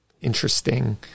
interesting